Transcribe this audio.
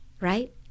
Right